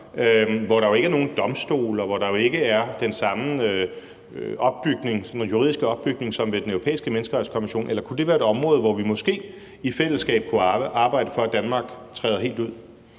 hvor der jo ikke er nogen domstol, og hvor der jo ikke er den samme juridiske opbygning som ved Den Europæiske Menneskerettighedskonvention? Kunne det være et område, som vi måske i fællesskab kunne arbejde for at Danmark træder helt ud